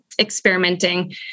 experimenting